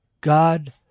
god